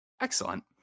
excellent